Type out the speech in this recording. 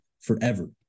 forever